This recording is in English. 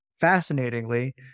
fascinatingly